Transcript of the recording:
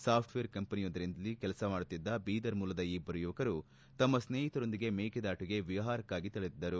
software ಕಂಪೆನಿಯೊಂದರಲ್ಲಿ ಕೆಲಸ ಮಾಡುತ್ತಿದ್ದ ಬೀದರ್ ಮೂಲದ ಈ ಇಬ್ಬರು ಯುವಕರು ತಮ್ಮ ಸ್ನೇಹಿತರೊಂದಿಗೆ ಮೇಕೆದಾಟುಗೆ ವಿಹಾರಕ್ಕಾಗಿ ತೆರಳಿದ್ದರು